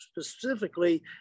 specifically